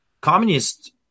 Communist